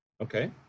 Okay